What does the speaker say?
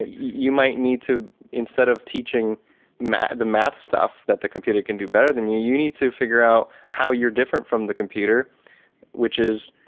ah you might need to instead of teaching math the math stuff that the computer can do better than you, you need to figure out how you're different from the computer which is,